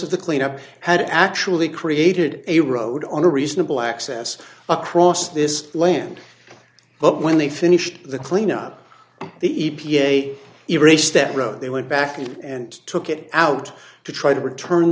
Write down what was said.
of the cleanup had actually created a road on a reasonable access across this land but when they finished the cleanup the e p a erased that road they went back in and took it out to try to return